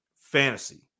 fantasy